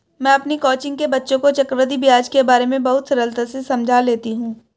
मैं अपनी कोचिंग के बच्चों को चक्रवृद्धि ब्याज के बारे में बहुत सरलता से समझा लेती हूं